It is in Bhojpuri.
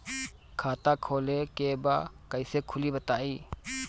खाता खोले के बा कईसे खुली बताई?